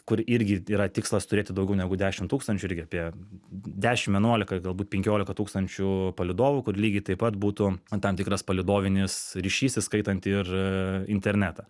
kur irgi yra tikslas turėti daugiau negu dešimt tūkstančių irgi apie dešimt vienuolika galbūt penkiolika tūkstančių palydovų kur lygiai taip pat būtų tam tikras palydovinis ryšys įskaitant ir internetą